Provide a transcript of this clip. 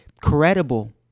credible